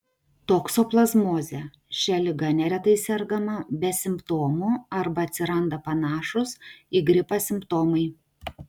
toksoplazmozė šia liga neretai sergama be simptomų arba atsiranda panašūs į gripą simptomai